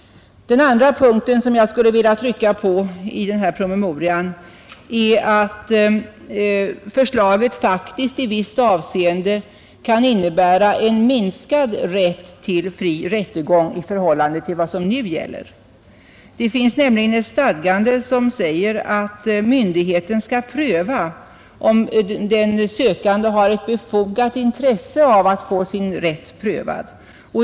Den andra punkten som jag skulle vilja trycka på i denna promemoria är att förslaget faktiskt i visst avseende kan innebära en minskad rätt till fri rättegång i förhållande till vad som nu gäller. Det finns nämligen ett stadgande som säger att myndigheten skall pröva om den sökande har ett befogat intresse av att få sin rätt prövad.